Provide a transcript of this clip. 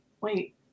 wait